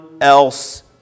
else